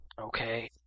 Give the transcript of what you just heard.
Okay